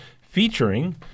featuring